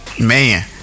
Man